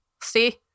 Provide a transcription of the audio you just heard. See